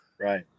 Right